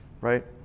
right